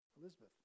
Elizabeth